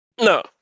No